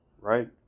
right